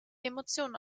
emotionen